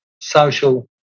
social